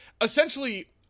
essentially